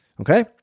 okay